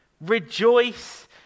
Rejoice